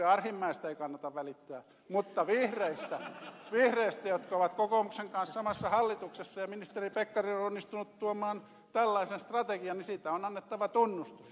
arhinmäestä ei kannata välittää mutta vihreistä jotka ovat kokoomuksen kanssa samassa hallituksessa ja kun ministeri pekkarinen on onnistunut tuomaan tällaisen strategian niin siitä on annettava tunnustus